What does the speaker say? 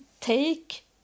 Take